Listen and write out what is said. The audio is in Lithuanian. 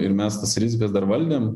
ir mes tas rizikas dar valdėm